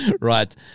Right